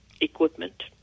Equipment